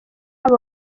abo